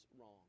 wrong